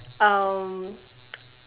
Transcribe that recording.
um